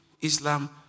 Islam